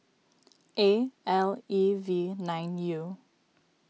A L E V nine U